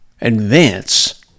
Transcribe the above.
advance